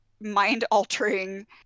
mind-altering